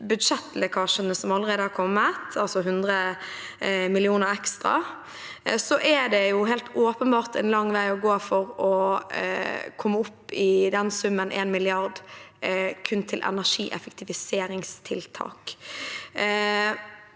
budsjettlekkasjene som allerede har kommet, altså 100 mill. kr ekstra, er det helt åpenbart en lang vei å gå for å komme opp i den summen på 1 mrd. kr kun til energieffektiviseringstiltak.